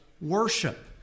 worship